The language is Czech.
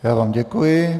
Já vám děkuji.